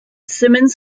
simmons